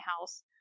house